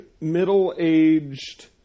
middle-aged